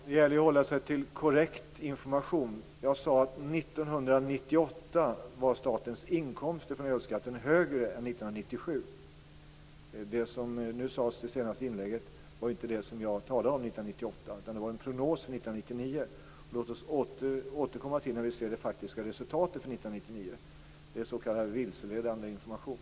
Fru talman! Det gäller att hålla sig till korrekt information. Jag sade att 1998 var statens inkomster från ölskatten högre än 1997. Det som nu sades i det senaste inlägget var inte det som jag talade om 1998, utan det var en prognos för 1999. Lås oss återkomma när vi ser det faktiska resultatet för 1999. Det här är s.k. vilseledande information.